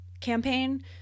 campaign